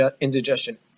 indigestion